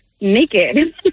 naked